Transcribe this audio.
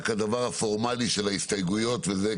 רק הדבר הפורמלי של ההסתייגויות וזה.